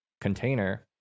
container